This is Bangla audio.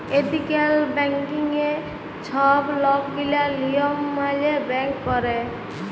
এথিক্যাল ব্যাংকিংয়ে ছব লকগিলা লিয়ম মালে ব্যাংক ক্যরে